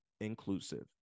inclusive